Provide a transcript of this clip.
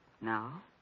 now